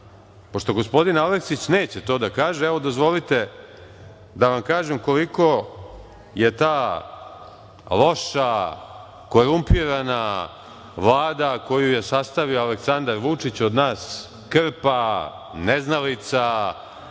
Pošto gospodin Aleksić neće to da kaže, evo, dozvolite da vam kažem koliko je ta loša, korumpirana Vlada koju je sastavio Aleksandar Vučić od nas krpa, neznalica, ovakvih,